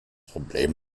problem